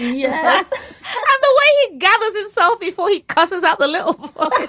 yeah the way it gathers himself before he crosses ah the little oh,